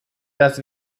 das